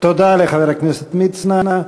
תודה לחבר הכנסת מצנע.